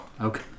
Okay